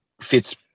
fits